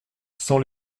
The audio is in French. sans